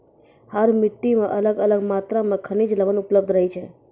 हर मिट्टी मॅ अलग अलग मात्रा मॅ खनिज लवण उपलब्ध रहै छै